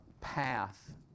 path